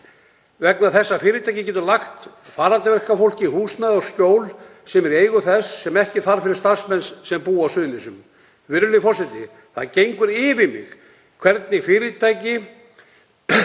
vegna þess að fyrirtækið getur lagt farandverkafólki til húsnæði og skjól sem er í eigu þess sem ekki þarf fyrir starfsmenn sem búa á Suðurnesjum? Virðulegur forseti. Það gengur yfir mig hvernig fyrirtæki